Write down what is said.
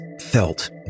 felt